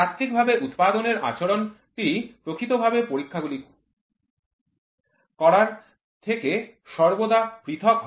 তাত্ত্বিক ভাবে উৎপাদনের আচরণটি প্রকৃতভাবে করার থেকে সর্বদা পৃথক হয়